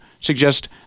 suggest